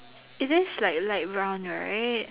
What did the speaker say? it is like light brown right